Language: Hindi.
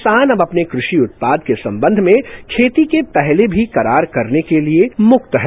किसान अब अपने कृषि उत्पाद के संबंध में खेती के पहले भी करार करने के लिए मुक्त है